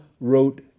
wrote